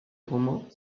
romans